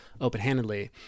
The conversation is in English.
open-handedly